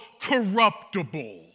corruptible